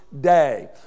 day